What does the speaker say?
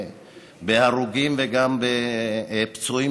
ההרוגים וגם הפצועים,